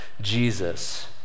Jesus